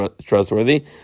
trustworthy